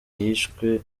yishwe